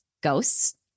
ghosts